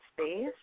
space